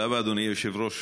תודה רבה, אדוני היושב-ראש.